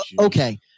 Okay